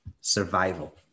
survival